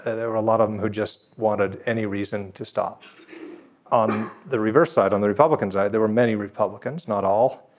ah there were a lot of them who just wanted any reason to stop on the reverse side on the republican side. there were many republicans not all.